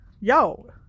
yo